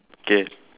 K